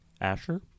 Asher